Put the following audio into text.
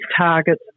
targets